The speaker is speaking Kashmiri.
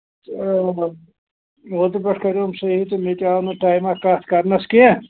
تہٕ لَگ بگ اوترٕ پٮ۪ٹھ کریوٚم صحیح تہٕ مےٚ تہِ آو نہٕ ٹایما کَتھ کَرنَس کیٚنٛہہ